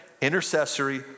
intercessory